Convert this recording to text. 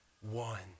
one